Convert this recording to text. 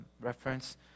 reference